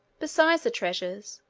besides the treasures,